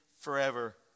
forever